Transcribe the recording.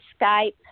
Skype